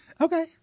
Okay